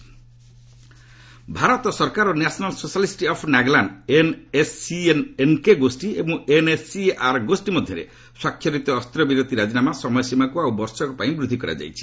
ଗମେଣ୍ଟ NSCN Bharat ସରକାର ଓ national socialist of Nagaland NSCN NK ଗୋଷୀ ଏବଂ ଏନ୍ଏସ୍ସି ଆର୍ ଗୋଷୀ ମଧ୍ୟରେ ସ୍ୱାକ୍ଷରିତ ଅସ୍ତ୍ରବିରତି ରାଜିନାମା ସମୟସୀମାକୁ ଆଉ ବର୍ଷକ ପର୍ଯ୍ୟନ୍ତ ବୃଦ୍ଧି କରାଯାଇଛି